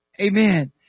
Amen